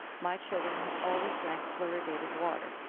my children have always drank fluoridated water,